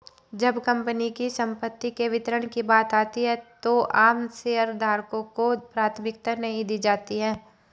जब कंपनी की संपत्ति के वितरण की बात आती है तो आम शेयरधारकों को प्राथमिकता नहीं दी जाती है